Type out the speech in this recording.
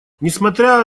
несмотря